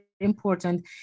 important